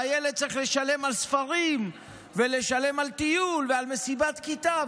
והילד צריך לשלם על ספרים ולשלם על טיול ועל מסיבת כיתה,